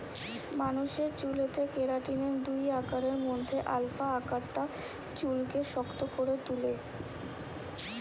মানুষের চুলেতে কেরাটিনের দুই আকারের মধ্যে আলফা আকারটা চুলকে শক্ত করে তুলে